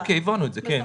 אוקיי, הבנו את זה, כן.